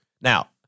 Now